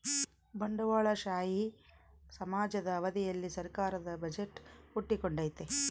ಬಂಡವಾಳಶಾಹಿ ಸಮಾಜದ ಅವಧಿಯಲ್ಲಿ ಸರ್ಕಾರದ ಬಜೆಟ್ ಹುಟ್ಟಿಕೊಂಡೈತೆ